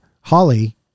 Holly